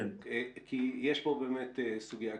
כי יש פה באמת סוגיה עקרונית.